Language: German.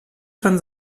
schon